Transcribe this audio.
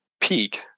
peak